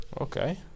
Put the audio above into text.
Okay